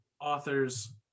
authors